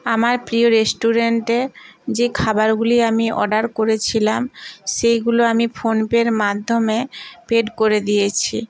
আমার প্রিয় রেস্টুরেন্টে যে খাবারগুলি আমি অর্ডার করেছিলাম সেইগুলো আমি ফোনপের মাধ্যমে পেড করে দিয়েছি